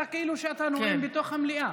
לא צריך, אתה כאילו כשאתה נואם בתוך המליאה.